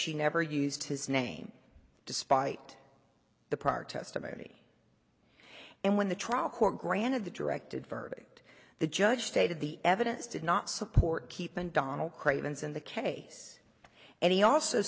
she never used his name despite the park testimony and when the trial court granted the directed verdict the judge stated the evidence did not support keeping donald craven's in the case and he also